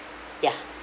ya